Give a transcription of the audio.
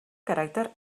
caràcter